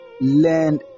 Learn